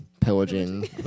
Pillaging